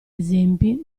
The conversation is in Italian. esempi